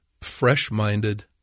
fresh-minded